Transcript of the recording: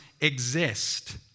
exist